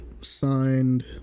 signed